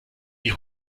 die